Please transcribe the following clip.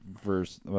verse